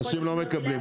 אנשים לא מקבלים.